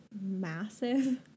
massive